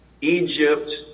Egypt